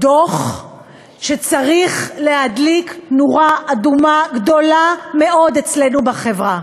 דוח שצריך להדליק נורה אדומה גדולה מאוד אצלנו בחברה.